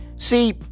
See